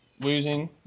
Losing